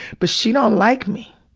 but she don't like me.